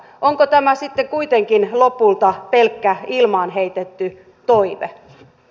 onko tämä sitten kuitenkin lopulta pelkkä ilmaan heitetty toive